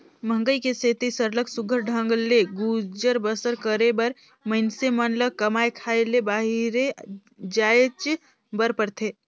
मंहगई के सेती सरलग सुग्घर ढंग ले गुजर बसर करे बर मइनसे मन ल कमाए खाए ले बाहिरे जाएच बर परथे